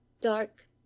dark